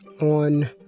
on